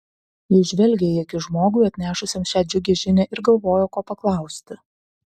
jis žvelgė į akis žmogui atnešusiam šią džiugią žinią ir galvojo ko paklausti